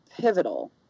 pivotal